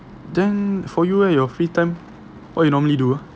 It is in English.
then for you eh your free time what you normally do ah